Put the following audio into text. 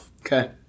Okay